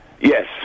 Yes